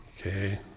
okay